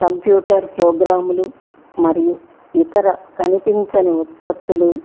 computer ప్రోగ్రాములు మరియు ఇతర కనిపించని ఉత్పత్తులు